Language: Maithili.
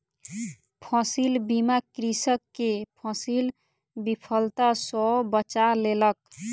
फसील बीमा कृषक के फसील विफलता सॅ बचा लेलक